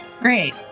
great